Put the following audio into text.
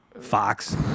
Fox